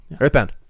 earthbound